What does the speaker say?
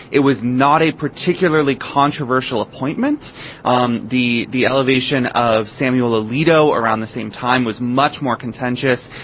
it was not a particularly controversial appointment um d. the elevation of samuel alito around the same time was much more contentious.